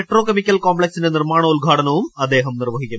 petro chemical കോംപ്ലക്സിന്റെ നിർമ്മാണോദ്ഘാടനവും അദ്ദേഹം നിർവ്വഹിക്കും